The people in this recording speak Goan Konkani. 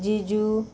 जीजू